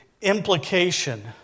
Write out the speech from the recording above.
implication